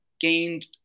gained